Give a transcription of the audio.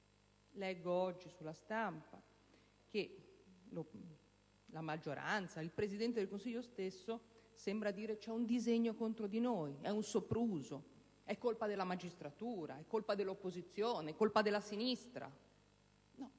Leggo oggi sulla stampa che la maggioranza, il Presidente del Consiglio stesso sembrano dire: c'è un disegno contro di noi; è un sopruso; è colpa della magistratura, dell'opposizione, della sinistra.